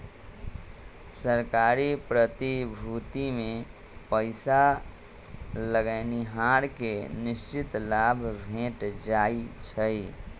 सरकारी प्रतिभूतिमें पइसा लगैनिहार के निश्चित लाभ भेंट जाइ छइ